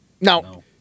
Now